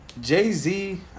Jay-Z